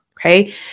Okay